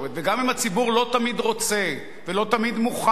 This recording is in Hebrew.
וגם אם הציבור לא תמיד רוצה ולא תמיד מוכן,